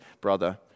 brother